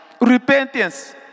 Repentance